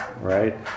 right